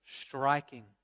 striking